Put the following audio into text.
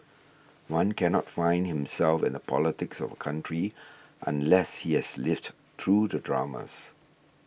one cannot find himself in the politics of country unless he has lived through the dramas